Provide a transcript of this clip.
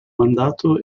mandato